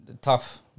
Tough